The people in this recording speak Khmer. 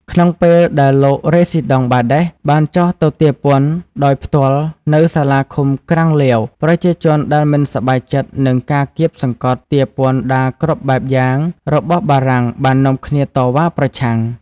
ក្នុងពេលដែលលោករេស៊ីដង់បាដេស បានចុះទៅទារពន្ធដោយផ្ទាល់នៅសាលាឃុំក្រាំងលាវ ប្រជាជនដែលមិនសប្បាយចិត្តនឹងការគាបសង្កត់ទារពន្ធដារគ្រប់បែបយ៉ាងរបស់បារាំងបាននាំគ្នាតវ៉ាប្រឆាំង។